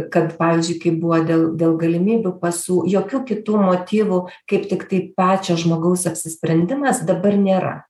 kad pavyzdžiui kai buvo dėl dėl galimybių pasų jokių kitų motyvų kaip tik tai pačio žmogaus apsisprendimas dabar nėra